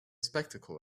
spectacle